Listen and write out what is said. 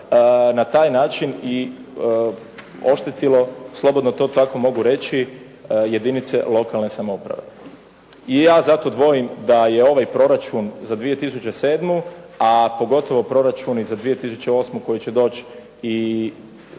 na taj način oštetilo, slobodno to tako mogu reći jedinice lokalne samouprave. I ja zato dvojim da je ovaj proračun za 2007., a pogotovo proračun za 2008. koji će doć i